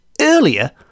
earlier